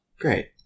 great